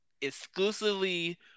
exclusively